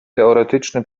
teoretyczny